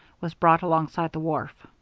was brought alongside the wharf.